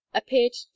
appeared